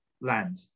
land